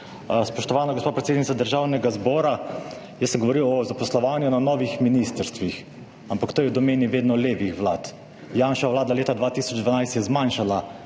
Spoštovana, gospa predsednica Državnega zbora jaz sem govoril o zaposlovanju na novih ministrstvih, ampak to je v domeni vedno levih vlad. Janševa vlada leta 2012 je zmanjšala